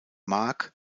mark